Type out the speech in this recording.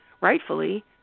rightfully